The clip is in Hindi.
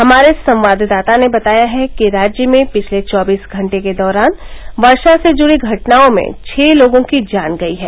हमारे संवाददाता ने बताया है कि राज्य में पिछले चौबीस घंटे के दौरान वर्षा से जुड़ी घटनाओं में छह लोगों की जान गई है